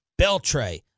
Beltray